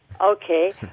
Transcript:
Okay